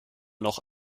noch